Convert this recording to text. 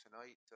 tonight